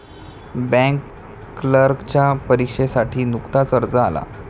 bank क्लर्कच्या परीक्षेसाठी नुकताच अर्ज आला